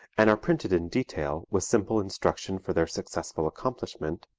and are printed in detail, with simple instruction for their successful accomplishment,